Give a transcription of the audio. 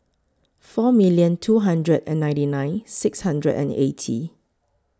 four million two hundred and ninety nine six hundred and eighty